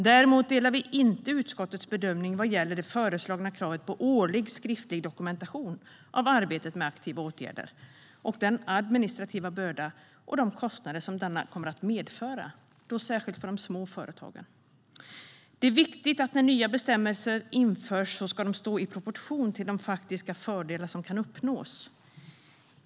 Däremot delar vi inte utskottets bedömning vad gäller det föreslagna kravet på årlig skriftlig dokumentation av arbetet med aktiva åtgärder och den administrativa börda och de kostnader denna kommer att medföra, särskilt för de små företagen. Det är viktigt att nya bestämmelser när de införs står i proportion till de faktiska fördelar som kan uppnås.